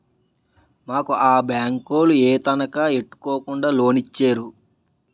మాకు ఆ బేంకోలు ఏదీ తనఖా ఎట్టుకోకుండా లోనిచ్చేరు